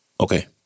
Okay